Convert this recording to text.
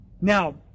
Now